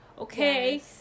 okay